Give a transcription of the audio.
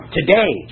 today